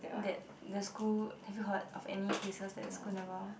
that the school have you heard of any cases that school involve